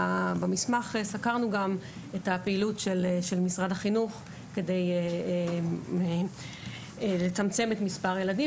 במסמך סקרנו גם את הפעילות של משרד החינוך כדי לצמצם את מספר הילדים.